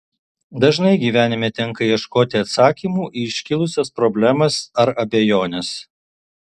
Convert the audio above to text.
dažnai gyvenime tenka ieškoti atsakymų į iškilusias problemas ar abejones